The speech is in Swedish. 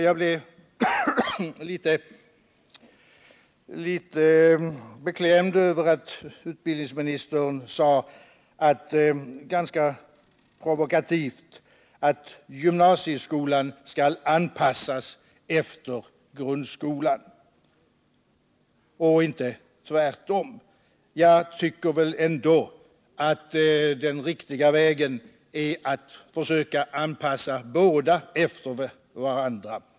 Jag blev litet beklämd över att utbildningsministern ganska provokativt uttalade, att gymnasieskolan skall anpassas efter grundskolan och inte tvärtom. Jag anser att den riktiga vägen vore att försöka anpassa båda efter varandra.